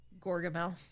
Gorgamel